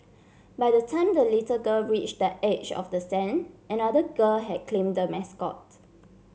by the time the little girl reached the edge of the stand another girl had claimed the mascot